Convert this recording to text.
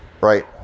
Right